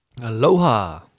Aloha